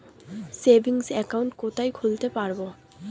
Savings account কোথায় খুলতে পারব?